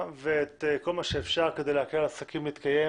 ועושים כל מה שאפשר כדי להקל על העסקים להתקיים